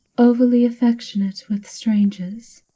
overly affectionate with strangers.